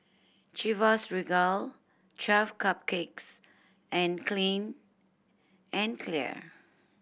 Chivas Regal Twelve Cupcakes and Clean and Clear